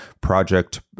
Project